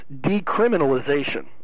decriminalization